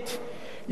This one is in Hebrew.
איש כהנא,